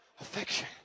affection